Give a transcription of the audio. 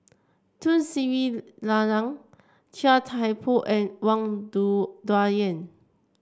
Tun Sri Lanang Chia Thye Poh and Wang Dayuan